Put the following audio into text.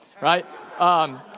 Right